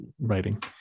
writing